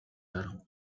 арга